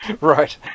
Right